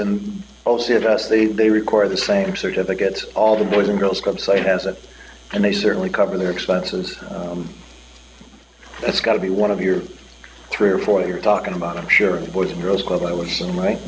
and osi of us they they require the same certificates all the boys and girls club site has it and they certainly cover their expenses it's got to be one of your three or four you're talking about i'm sure the boys and girls club i would assume right